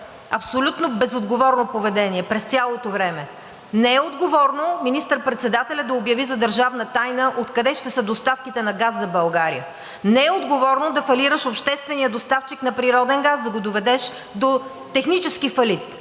Абсолютно безотговорно поведение през цялото време! Не е отговорно министър-председателят да обяви за държавна тайна откъде ще са доставките на газ за България. Не е отговорно да фалираш обществения доставчик на природен газ, да го доведеш до технически фалит